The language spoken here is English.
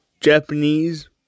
Japanese